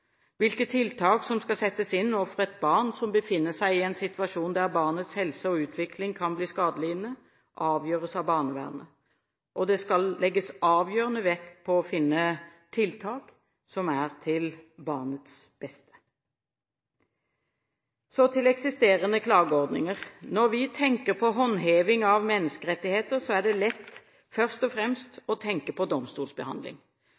Hvilke tiltak som skal settes inn overfor et barn som befinner seg i en situasjon der barnets helse og utvikling kan bli skadelidende, avgjøres av barnevernet, og det skal legges avgjørende vekt på å finne tiltak som er til barnets beste. Så til eksisterende klageordninger. Når vi tenker på håndheving av menneskerettigheter, er det lett først og